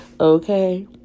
okay